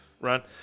run